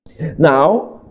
now